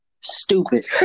stupid